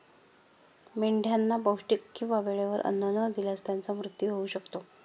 मेंढ्यांना पौष्टिक किंवा वेळेवर अन्न न दिल्यास त्यांचा मृत्यू होऊ शकतो